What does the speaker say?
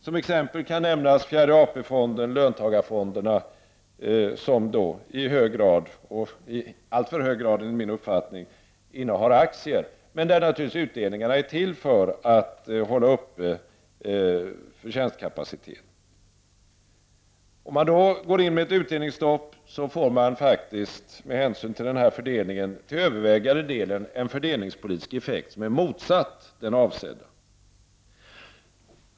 Som exmepel kan nämnas fjärde AP-fonden och löntagarfonderna som i hög grad — i alltför hög grad enligt min mening — innehar aktier. Utdelningarna är då naturligtvis till för att hålla upp förtjänstkapaciteten. Om man då går in med ett utdelningsstopp får man faktiskt, med hänsyn till den här fördelningen, till övervägande del en fördelningspolitisk effekt som är motsatt den avsedda.